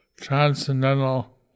transcendental